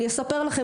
אני אספר לכם.